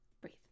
Breathe